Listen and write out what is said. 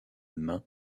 mains